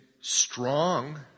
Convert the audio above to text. strong